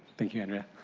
thank you andrea.